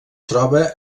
troba